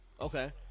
Okay